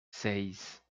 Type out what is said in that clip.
seis